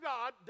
God